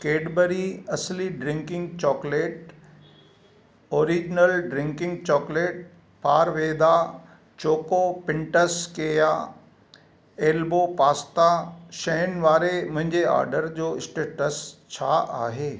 Cadbury असली drinking chocolate original drinking chocolate फारवेदा choco peanuts केया एल्बो पास्ता शयुनि वारे मुंहिंजे ऑडर जो स्टेटस छा आहे